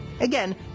Again